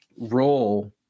role